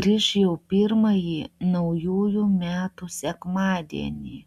grįš jau pirmąjį naujųjų metų sekmadienį